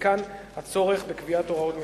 ומכאן הצורך בקביעת הוראות מיוחדות.